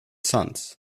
sons